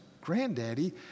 granddaddy